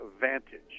Vantage